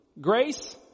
grace